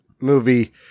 movie